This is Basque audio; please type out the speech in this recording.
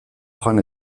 joan